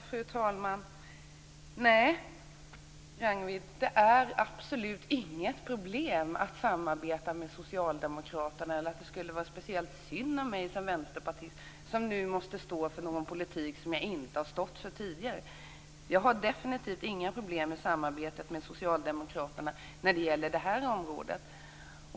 Fru talman! Nej, Ragnwi, det är absolut inget problem att samarbeta med socialdemokraterna. Det är inte speciellt synd om mig som vänsterpartist, som nu måste stå för en politik som jag inte har stått för tidigare. Jag har definitivt inga problem med samarbetet med socialdemokraterna när det gäller det här området.